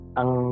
ang